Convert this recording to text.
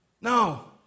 no